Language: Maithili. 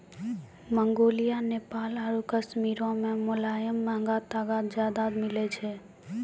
मंगोलिया, नेपाल आरु कश्मीरो मे मोलायम महंगा तागा ज्यादा मिलै छै